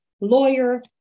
lawyer